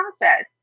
process